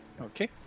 Okay